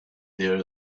there